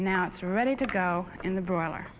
and now it's ready to go in the broiler